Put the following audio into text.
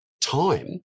time